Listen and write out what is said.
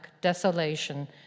desolation